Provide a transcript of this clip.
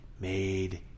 made